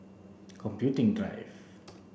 Computing Drive